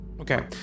Okay